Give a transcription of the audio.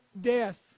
death